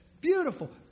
Beautiful